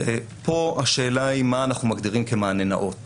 פה השאלה היא מה אנחנו מגדירים כמענה נאות